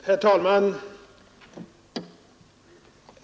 Herr talman!